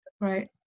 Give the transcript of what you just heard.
right